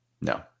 No